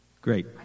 Great